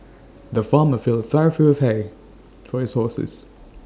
the farmer filled full of hay for his horses